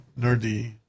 Nerdy